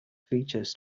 features